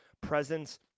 presence